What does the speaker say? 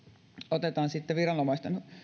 otetaan viranomaisten